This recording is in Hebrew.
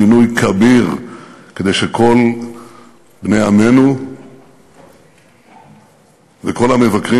שינוי כביר כדי שכל בני עמנו וכל המבקרים